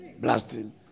blasting